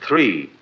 Three